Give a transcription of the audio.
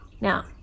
Now